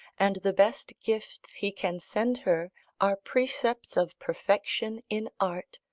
and the best gifts he can send her are precepts of perfection in art,